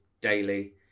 daily